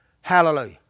Hallelujah